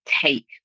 take